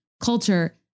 culture